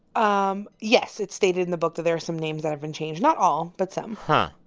um yes. it's stated in the book that there are some names that have been changed, not all but some huh.